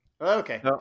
okay